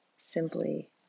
simply